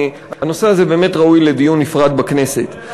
והנושא הזה באמת ראוי לדיון נפרד בכנסת,